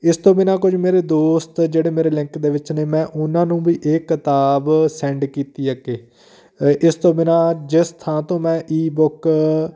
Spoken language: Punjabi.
ਇਸ ਤੋਂ ਬਿਨਾਂ ਕੁਝ ਮੇਰੇ ਦੋਸਤ ਜਿਹੜੇ ਮੇਰੇ ਲਿੰਕ ਦੇ ਵਿੱਚ ਨੇ ਮੈਂ ਉਹਨਾਂ ਨੂੰ ਵੀ ਇਹ ਕਿਤਾਬ ਸੈਂਡ ਕੀਤੀ ਅੱਗੇ ਇ ਇਸ ਤੋਂ ਬਿਨਾਂ ਜਿਸ ਥਾਂ ਤੋਂ ਮੈਂ ਈ ਬੁੱਕ